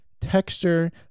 texture